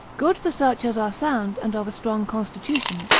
good for such as are sound, and of a strong constitution,